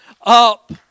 up